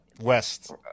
West